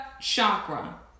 chakra